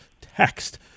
text